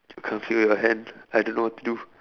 you can't feel your hand I don't know what to do